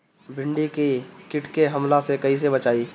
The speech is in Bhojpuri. भींडी के कीट के हमला से कइसे बचाई?